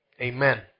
Amen